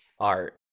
art